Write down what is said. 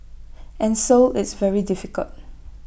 and so it's very difficult